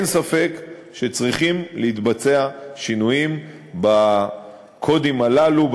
אין ספק שצריכים להתבצע שינויים בקודים הללו,